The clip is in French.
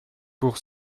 pour